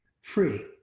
free